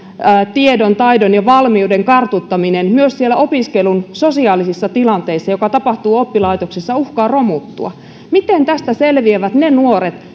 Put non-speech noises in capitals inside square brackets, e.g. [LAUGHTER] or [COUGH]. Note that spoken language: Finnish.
tiedon taidon ja valmiuden kartuttaminen myös siellä opiskelun sosiaalisissa tilanteissa joka tapahtuu oppilaitoksissa niin tämä uhkaa romuttua miten tästä selviävät ne nuoret [UNINTELLIGIBLE]